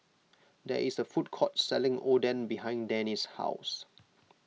there is a food court selling Oden behind Denny's house